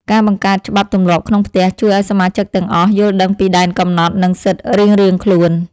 ការបង្កើតច្បាប់ទម្លាប់ក្នុងផ្ទះជួយឱ្យសមាជិកទាំងអស់យល់ដឹងពីដែនកំណត់ និង សិទ្ធិរៀងៗខ្លួន។